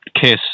Kiss